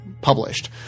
published